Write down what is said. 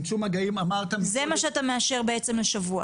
אמרת --- מה שאתה מאשר לשבוע?